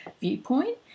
viewpoint